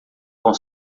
com